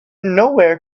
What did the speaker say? nowhere